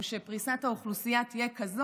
הוא שפריסת האוכלוסייה תהיה כזאת